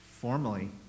formally